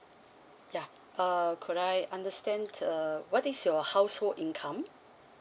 ya uh could I understand uh what is your household income